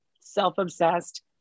self-obsessed